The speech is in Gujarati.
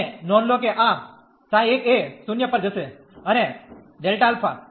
અને નોંધ લો કે આ ξ 1 એ 0 પર જશે અને Δ α